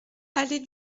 allée